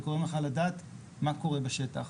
זה גורם לך לדעת מה קורה בשטח.